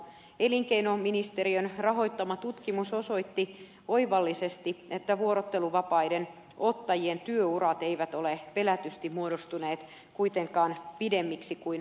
elinkeinoministeriön rahoittama tutkimus osoitti oivallisesti että vuorotteluvapaiden ottajien työurat eivät ole pelätysti muodostuneet kuitenkaan pidemmiksi kuin vertailuryhmän